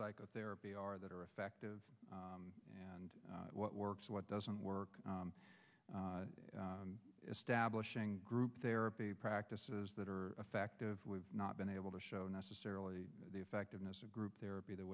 psychotherapy are that are effective and what works what doesn't work establishing group therapy practices that are effective we've not been able to show necessarily the effectiveness of group therapy the